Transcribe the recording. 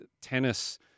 tennis